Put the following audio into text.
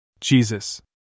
Jesus